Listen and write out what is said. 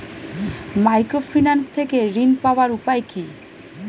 Microfinance থেকে ঋণ পাওয়ার উপায় কি?